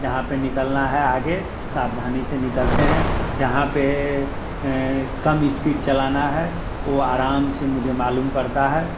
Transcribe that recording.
जहाँ पर निकलना है आगे सावधानी से निकलते हैं जहाँ पर कम स्पीड चलना है वो आराम से मुझे मालूम पड़ता है